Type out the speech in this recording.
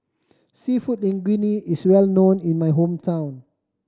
Seafood Linguine is well known in my hometown